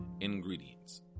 ingredients